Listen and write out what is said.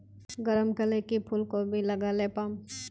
गरम कले की फूलकोबी लगाले पाम?